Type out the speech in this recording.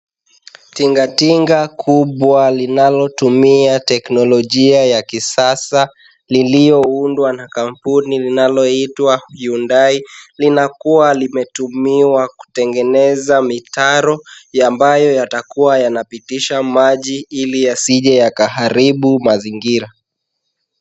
Tingatinga kubwa linalotumia teknolojia ya kisasa lilioundwa na kampuni inayoitwa Hyundai, linakuwa limetumiwa kutengeneza mitaro ambayo yatakuwa yanapitisha maji ili yasije yakaharibu mazingira.